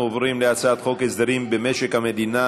אנחנו עוברים להצעת חוק הסדרים במשק המדינה